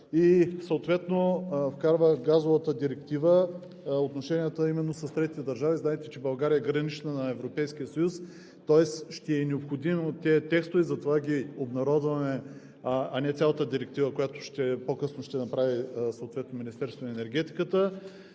и съответно вкарва Газовата директива – отношенията именно с трети държави. Знаете, че България е гранична на Европейския съюз, тоест ще са необходими тези текстове. Затова ги обнародваме, а не цялата директива, която по-късно ще направи Министерството на енергетиката.